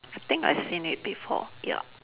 I think I seen it before ya